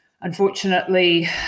unfortunately